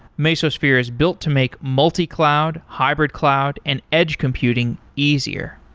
mesosphere is built to make multi-cloud, hybrid cloud and edge computing easier.